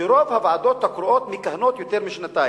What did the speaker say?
שרוב הוועדות הקרואות מכהנות יותר משנתיים.